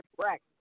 right